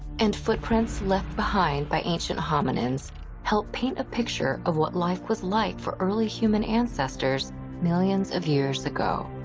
and footprints left behind by ancient hominids help paint a picture of what life was like for early human ancestors millions of years ago.